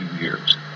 years